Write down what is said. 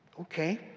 Okay